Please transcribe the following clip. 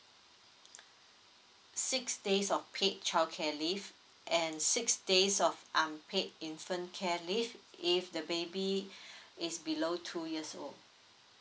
six days of paid childcare leave and six days of unpaid infant care leave if the baby is below two years old